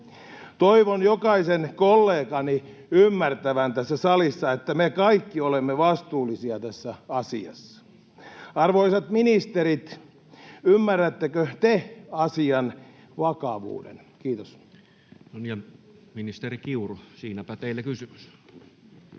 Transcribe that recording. Toivon jokaisen kollegani ymmärtävän tässä salissa, että me kaikki olemme vastuullisia tässä asiassa. Arvoisat ministerit, ymmärrättekö te asian vakavuuden? — Kiitos. [Speech 110] Speaker: